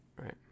Right